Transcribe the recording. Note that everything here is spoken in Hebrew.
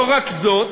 לא רק זאת,